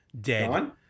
dead